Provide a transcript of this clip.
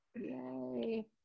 yay